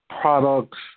products